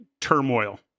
turmoil